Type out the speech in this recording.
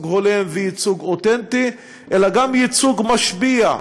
הולם וייצוג אותנטי אלא גם ייצוג משפיע,